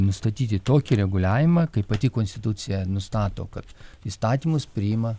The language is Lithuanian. nustatyti tokį reguliavimą kai pati konstitucija nustato kad įstatymus priima